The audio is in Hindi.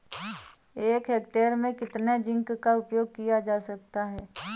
एक हेक्टेयर में कितना जिंक का उपयोग किया जाता है?